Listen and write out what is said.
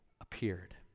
appeared